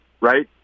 right